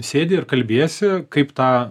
sėdi ir kalbiesi kaip tą